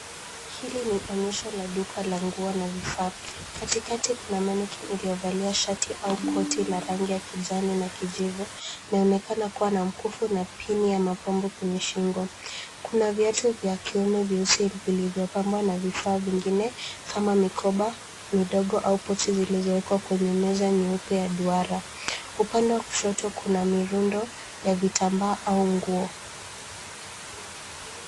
Hili ni onyesho la duka la nguo na vifaa. Katikati kuna mannequin iliyovalia shati au koti la rangi ya kijani na kijivu. Inaonekana kuwa na mkufu na pini ya mapambo kwenye shingo. Kuna viatu vya kiume vyeusi vilivyopambwa na vifaa vingine kama mikoba midogo au pochi zilizowekwa kwenye meza nyeupe ya duara. Upande wa kushoto kuna mirundo ya vitambaa au nguo.